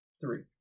Three